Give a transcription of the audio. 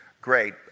great